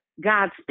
God's